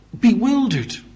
bewildered